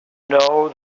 know